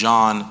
John